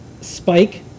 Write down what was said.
Spike